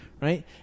right